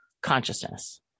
consciousness